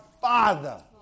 Father